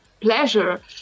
pleasure